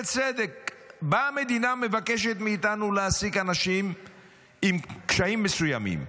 בצדק: באה המדינה מבקשת מאיתנו להשיג אנשים עם קשיים מסוימים,